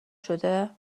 شده